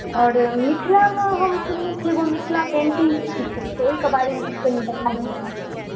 आओरर मिथिलामे हम सुनने छियै जे मिथिला पेंटिंग किछु होइ छै ओहिके बारेमे किछु कनी बता सकै छी